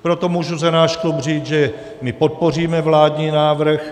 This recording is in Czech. Proto můžu za náš klub říci, že my podpoříme vládní návrh.